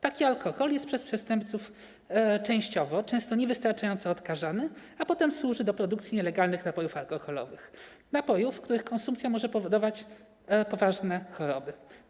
Taki alkohol jest przez przestępców częściowo, często niewystarczająco, odkażany, a potem służy do produkcji nielegalnych napojów alkoholowych, których konsumpcja może powodować poważne choroby.